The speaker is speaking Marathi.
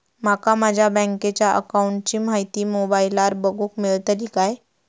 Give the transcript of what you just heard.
माका माझ्या बँकेच्या अकाऊंटची माहिती मोबाईलार बगुक मेळतली काय?